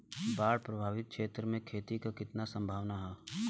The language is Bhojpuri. बाढ़ प्रभावित क्षेत्र में खेती क कितना सम्भावना हैं?